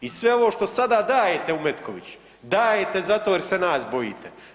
I sve ovo što sada dajete u Metković dajete zato jer se nas bojite.